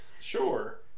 Sure